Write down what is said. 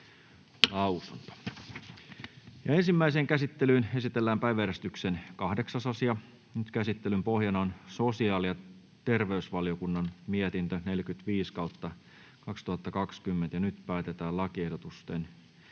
Content: Ensimmäiseen käsittelyyn esitellään päiväjärjestyksen 8. asia. Käsittelyn pohjana on sosiaali- ja terveysvaliokunnan mietintö StVM 45/2020 vp. Nyt päätetään lakiehdotusten